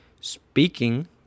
Speaking